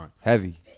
Heavy